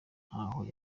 ntaho